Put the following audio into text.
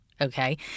Okay